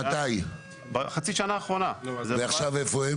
איפה הם עכשיו?